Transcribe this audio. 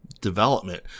development